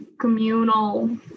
communal